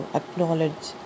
acknowledge